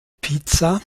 pizza